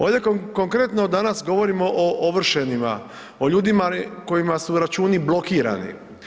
Ovdje konkretno danas govorimo o ovršenima, o ljudima kojima su računi blokirani.